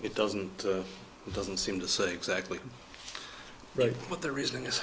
it doesn't it doesn't seem to say exactly right what the reasoning is